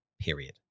period